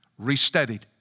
Restudied